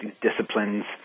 disciplines